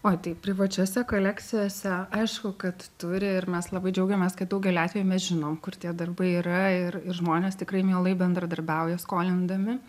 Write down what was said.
oi tai privačiose kolekcijose aišku kad turi ir mes labai džiaugiamės kad daugeliu atvejų mes žinom kur tie darbai yra ir ir žmonės tikrai mielai bendradarbiauja skolindami